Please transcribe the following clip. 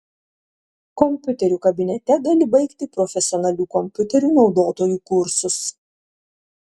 kompiuterių kabinete gali baigti profesionalių kompiuterių naudotojų kursus